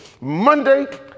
Monday